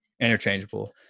interchangeable